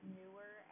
newer